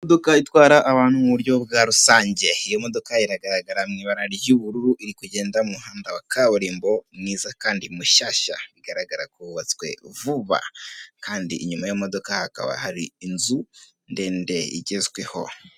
Imodoka itwara abantu mu buryo bwa rusange, iyo modoka iragaragara mu ibara ry'ubururu iri kugenda mu muhanda wa kaburimbo mwiza kandi mushyashya, bigaragara ko wubatswe vuba kandi inyuma y'iyo modoka hakaba hari inzu ndende igezweho.